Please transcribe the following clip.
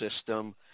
system